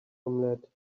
omelette